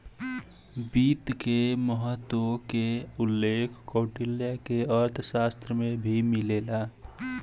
वित्त के महत्त्व के उल्लेख कौटिल्य के अर्थशास्त्र में भी मिलेला